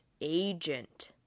Agent